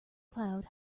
cloud